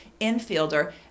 infielder